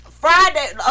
Friday